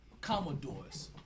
Commodores